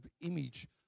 image